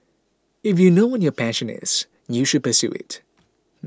if you know what your passion is you should pursue it